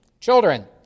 Children